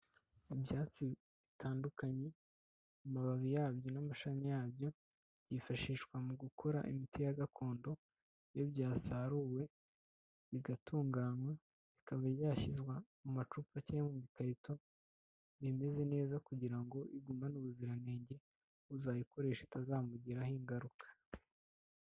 Mu byatsi bitandukanye, amababi yabyo n'amashami yabyo yifashishwa mu gukora imiti ya gakondo, iyo byasaruwe, bigatunganywa bikaba byashyirwa mu macupa cyangwa mu bikarito iba imeze neza kugira ngo igumane ubuziranenge, uzayikoresha itazamugiraho ingaruka.